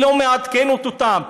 היא לא מעדכנת אותן,